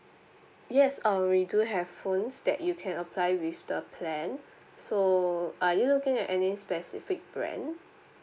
yes um we do have phones that you can apply with the plan so are you looking at any specific brand